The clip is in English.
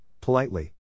politely